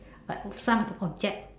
but some object